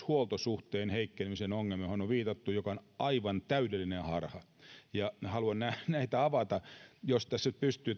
huoltosuhteen heikkenemisen ongelma johon on viitattu joka on aivan täydellinen harha haluan näitä avata jos tässä nyt pystyy